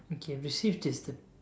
okay received is the